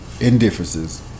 indifferences